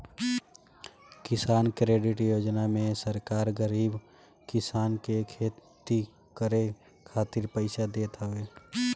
किसान क्रेडिट योजना में सरकार गरीब किसानन के खेती करे खातिर पईसा देत हवे